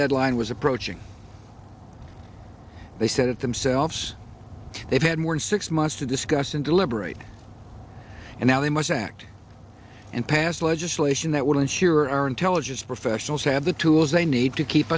deadline was approaching they said it themselves they've had more than six months to discuss and deliberate and now they must act and pass legislation that would ensure our intelligence professionals have the tools they need to keep